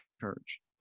church